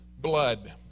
blood